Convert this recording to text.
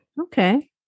Okay